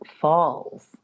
falls